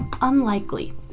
Unlikely